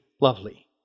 lovely